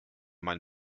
mein